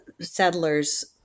Settlers